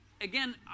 again